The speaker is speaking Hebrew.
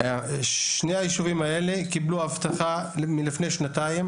שני היישובים האלה קיבלו הבטחה לפני שנתיים